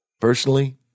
Personally